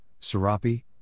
Serapi